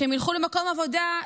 כשהם ילכו למקום עבודה,